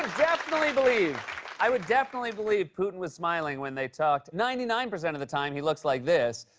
definitely believe i would definitely believe putin was smiling when they talked. ninety nine percent of the time he looks like this.